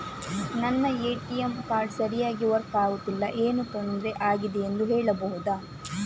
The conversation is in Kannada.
ನನ್ನ ಎ.ಟಿ.ಎಂ ಕಾರ್ಡ್ ಸರಿಯಾಗಿ ವರ್ಕ್ ಆಗುತ್ತಿಲ್ಲ, ಏನು ತೊಂದ್ರೆ ಆಗಿದೆಯೆಂದು ಹೇಳ್ಬಹುದಾ?